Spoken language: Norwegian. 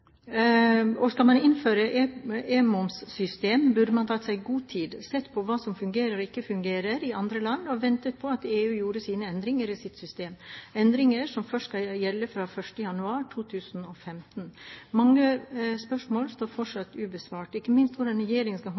Og skal man innføre et e-momssystem, burde man ha tatt seg god tid, sett på hva som fungerer og ikke fungerer i andre land, og ventet på at EU gjorde sine endringer i sitt system – endringer som først skal gjelde fra 1. januar 2015. Mange spørsmål står fortsatt ubesvart, ikke minst hvordan regjeringen skal